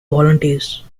volunteers